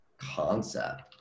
concept